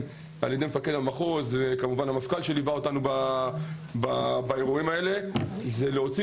על ידי מפקד המחוז והמפכ"ל שליווה אותנו באירועים האלה זה להוציא